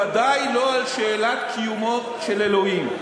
ודאי לא על שאלת קיומו של אלוהים.